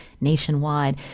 nationwide